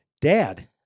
Dad